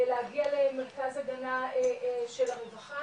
להגיע למרכז של הרווחה,